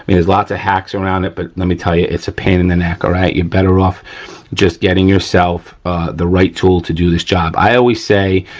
there's lots of hacks around it but let me tell you it's a pain in the neck, all right, you're better off just getting yourself the right tool to do this job. i always say,